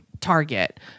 Target